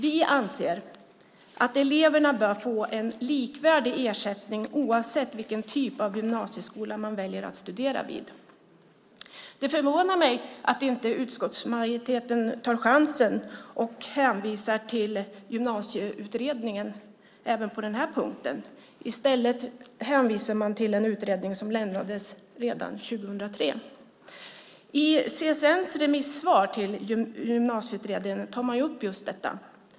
Vi anser att eleverna bör få en likvärdig ersättning oavsett vilken typ av gymnasieskola man väljer att studera vid. Det förvånar mig att inte utskottsmajoriteten tar chansen att hänvisa till Gymnasieutredningen även på den här punkten. I stället hänvisar man till en utredning som lämnades redan 2003. I CSN:s remissvar till Gymnasieutredningen tar man upp just detta.